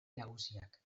nagusiak